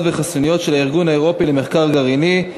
וחסינויות של הארגון האירופי למחקר גרעיני,